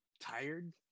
tired